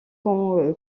qu’en